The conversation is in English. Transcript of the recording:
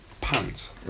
pants